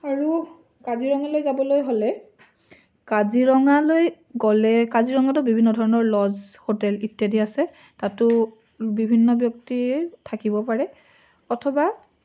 আৰু কাজিৰঙালৈ যাবলৈ হ'লে কাজিৰঙালৈ গ'লে কাজিৰঙাটো বিভিন্ন ধৰণৰ লজ হোটেল ইত্যাদি আছে তাতো বিভিন্ন ব্যক্তি থাকিব পাৰে অথবা